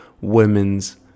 Women's